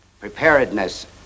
Preparedness